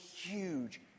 huge